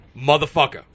motherfucker